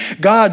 God